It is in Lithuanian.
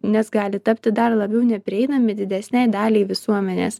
nes gali tapti dar labiau neprieinami didesnei daliai visuomenės